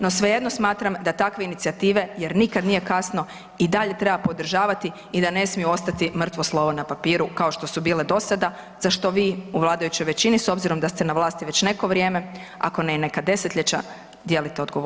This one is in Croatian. No, svejedno smatram da takve inicijative jer nikad nije kasno i dalje treba podržavati i da ne smiju ostati mrtvo slovo na papiru kao što su bile dosada za što vi u vladajućoj većini s obzirom da ste na vlasti već neko vrijeme ako ne i neka desetljeća, dijelite odgovornosti.